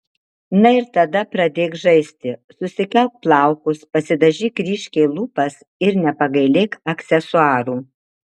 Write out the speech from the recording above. na ir tada pradėk žaisti susikelk plaukus pasidažyk ryškiai lūpas ir nepagailėk aksesuarų